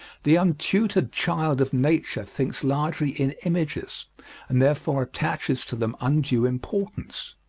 the untutored child of nature thinks largely in images and therefore attaches to them undue importance.